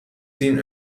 seen